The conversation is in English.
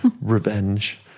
revenge